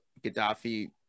Gaddafi